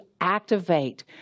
activate